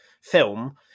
film